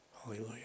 Hallelujah